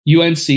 UNC